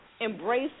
embrace